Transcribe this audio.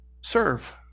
Serve